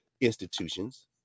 institutions